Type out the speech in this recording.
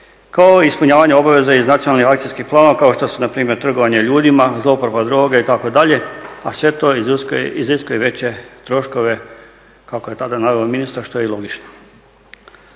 kao i ispunjavanje obaveza iz nacionalnih akcijskih planova kao što su npr. trgovanje ljudima, zlouporaba droge itd., a sve to iziskuje veće troškove kako je tada naveo ministar što je i logično.